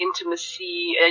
intimacy